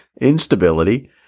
instability